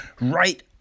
right